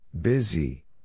Busy